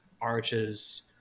arches